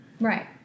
Right